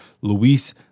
Luis